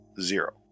Zero